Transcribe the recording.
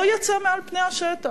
לא יצאה מעל פני השטח,